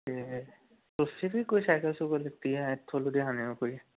ਅਤੇ ਤੁਸੀਂ ਵੀ ਕੋਈ ਸੈਕਲ ਸੂਕਲ ਲਿੱਤੀ ਹੈ ਇੱਥੋਂ ਲੁਧਿਆਣਿਓ ਕੋਈ